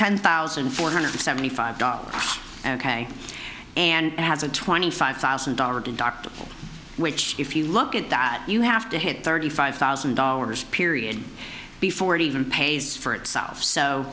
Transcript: ten thousand four hundred seventy five dollars ok and has a twenty five thousand dollar deductible which if you look at that you have to hit thirty five thousand dollars period before it even pays for itself